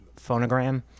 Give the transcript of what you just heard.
phonogram